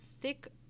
thick